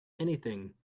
anything